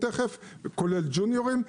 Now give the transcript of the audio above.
כולל ג'וניירים.